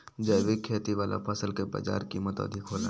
जैविक खेती वाला फसल के बाजार कीमत अधिक होला